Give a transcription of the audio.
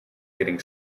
getting